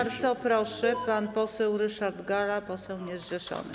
Bardzo proszę, pan poseł Ryszard Galla, poseł niezrzeszony.